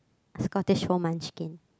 a Scottish fold munchkin